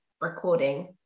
recording